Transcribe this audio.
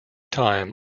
time